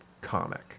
comic